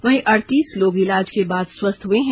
वहीं अड़तीस लोग इलाज के बाद स्वस्थ हए हैं